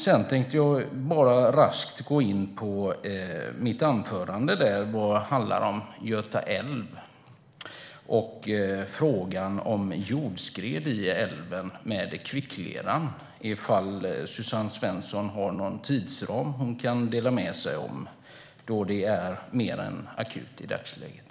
Jag tänkte sedan raskt gå in på mitt anförande, det som handlade om Göta älv och frågan om jordskred i älven med kvickleran. Har Suzanne Svensson någon tidsram som hon kan dela med sig av, då det är mer än akut i dagsläget?